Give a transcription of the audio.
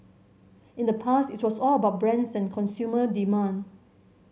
in the past it was all about brands and consumer demand